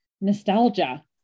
nostalgia